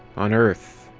on earth,